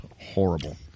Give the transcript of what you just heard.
horrible